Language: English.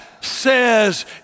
says